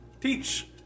teach